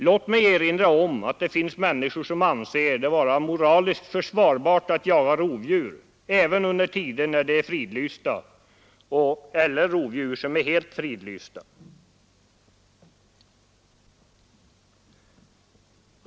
Låt mig erinra om att det finns människor som anser det vara moraliskt försvarbart att jaga rovdjur även under tider när de är fridlysta — eller rovdjur som är helt fridlysta.